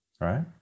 right